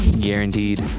guaranteed